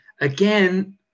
again